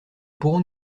pourrons